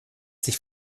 sich